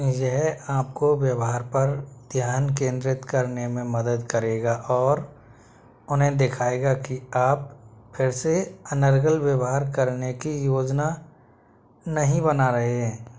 यह आपको व्यवहार पर ध्यान केंद्रित करने में मदद करेगा और उन्हें दिखाएगा कि आप फिर से अनर्गल व्यवहार करने की योजना नहीं बना रहे हैं